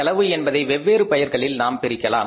செலவு என்பதை வெவ்வேறு பெயர்களில் நாம் பிரிக்கலாம்